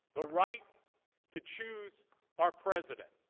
the right to choose our president